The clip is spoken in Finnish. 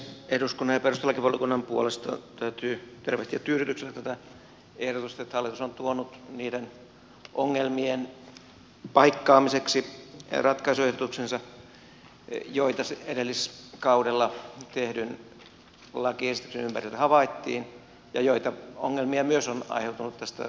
eduskunnan ja perustuslakivaliokunnan puolesta täytyy tervehtiä tyydytyksellä tätä ehdotusta että hallitus on tuonut niiden ongelmien paikkaamiseksi ratkaisuehdotuksensa joita edelliskaudella tehdyn lakiesityksen ympärillä havaittiin ja joita ongelmia myös on aiheutunut tästä korkeimman oikeuden tulkintalinjasta